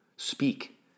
speak